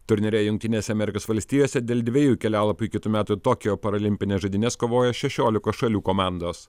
turnyre jungtinėse amerikos valstijose dėl dviejų kelialapių į kitų metų tokijo paralimpines žaidynes kovojo šešiolikos šalių komandos